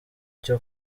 cyo